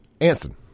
Anson